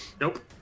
Nope